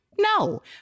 No